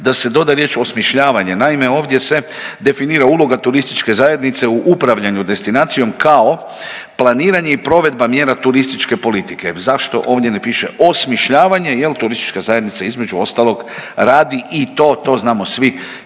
da se doda riječ „osmišljavanje“. Naime, ovdje se definira uloga turističke zajednice u upravljanju destinacijom kao planiranje i provedba mjera turističke politike. Zašto ovdje ne piše osmišljavanje? Jer turistička zajednica između ostalog radi i to, to znamo svi